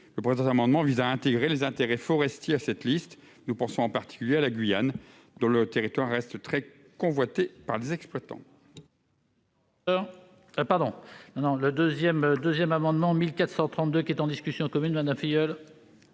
Le présent amendement vise à intégrer les intérêts forestiers à cette liste. Nous avons en particulier à l'esprit la Guyane, dont le territoire reste très convoité par les exploitants.